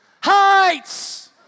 heights